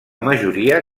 majoria